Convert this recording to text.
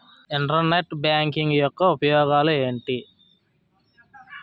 Internet banking యెక్క ఉపయోగాలు ఎంటి?